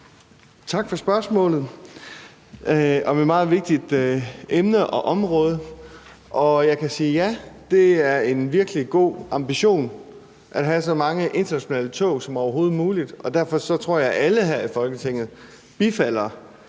Tak for spørgsmålet om et meget vigtigt emne og område, og jeg kan sige: Ja, det er en virkelig god ambition at have så mange internationale tog som overhovedet muligt, og derfor tror jeg, at alle her i Folketinget bifalder,